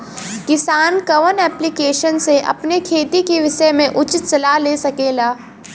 किसान कवन ऐप्लिकेशन से अपने खेती के विषय मे उचित सलाह ले सकेला?